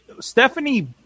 Stephanie